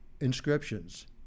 inscriptions